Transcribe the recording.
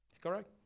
Correct